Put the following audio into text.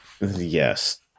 Yes